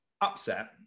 upset